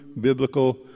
Biblical